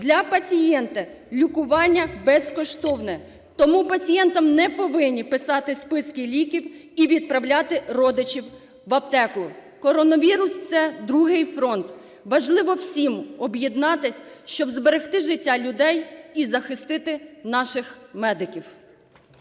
для пацієнта лікування безкоштовне. Тому пацієнтам не повинні писати списки ліків і відправляти родичів в аптеку. Коронавірус – це "другий фронт". Важливо всім об'єднатись, щоб зберегти життя людей і захистити наших медиків.